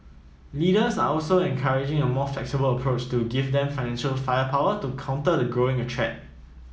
leaders are also encouraging a more flexible approach to give them financial firepower to counter the growing a threat